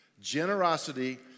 Generosity